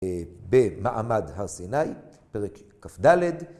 ‫במעמד הר סיני, פרק כד